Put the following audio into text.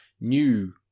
new